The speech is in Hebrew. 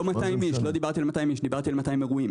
לא דיברתי על 200 איש, אלא על 200 אירועים.